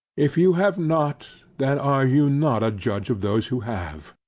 if you have not, then are you not a judge of those who have.